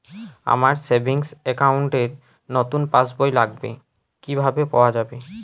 আমার savings account র নতুন পাসবই লাগবে, কিভাবে পাওয়া যাবে?